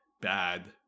bad